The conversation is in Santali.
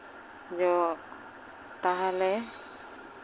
ᱛᱟᱦᱚᱞᱮ